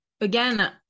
again